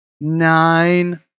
nine